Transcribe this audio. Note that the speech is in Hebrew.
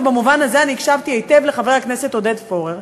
ובמובן הזה אני הקשבתי היטב לחבר הכנסת עודד פורר,